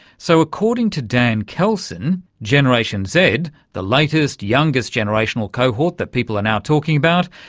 so according to dan keldsen, generation z, the latest, youngest, generational cohort that people are now talking about,